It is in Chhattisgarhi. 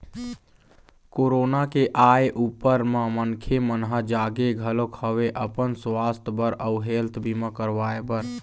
कोरोना के आय ऊपर म मनखे मन ह जागे घलोक हवय अपन सुवास्थ बर अउ हेल्थ बीमा करवाय बर